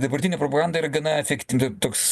dabartinė propaganda ir gana efektyvi toks